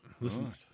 listen